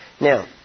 Now